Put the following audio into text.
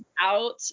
Out